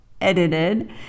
edited